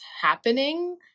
happening